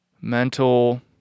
mental